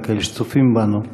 גם כאלה שצופים בנו,